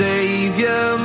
Savior